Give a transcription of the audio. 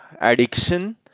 addiction